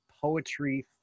poetry